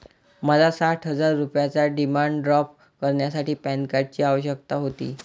मला साठ हजार रुपयांचा डिमांड ड्राफ्ट करण्यासाठी पॅन कार्डची आवश्यकता होती